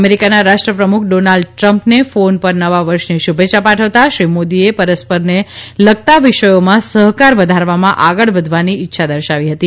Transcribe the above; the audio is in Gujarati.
અમેરિકાના રાષ્ટ્રપ્રમુખ ડોનલ્ડ ટ્રમ્પને ફોન પર નવા વર્ષની શુભેચ્છા પાઠવતાં શ્રી મોદીએ પરસ્પરને લગતાવિષયોમાં સહકાર વધારવામાં આગળ વધવાની ઇચ્છા દર્શાવી હતી